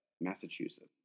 Massachusetts